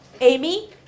Amy